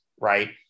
right